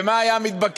ומה היה מתבקש?